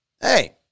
hey